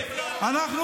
ואם לא?